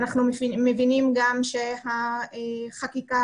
אנחנו מבינים גם שהחקיקה